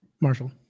Marshall